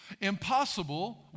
Impossible